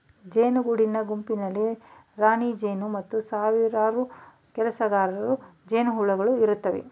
ಜೇನು ಗೂಡಿನ ಗುಂಪಿನಲ್ಲಿ ರಾಣಿಜೇನು ಮತ್ತು ಸಾವಿರಾರು ಕೆಲಸಗಾರ ಜೇನುಹುಳುಗಳು ಇರುತ್ತವೆ